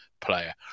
player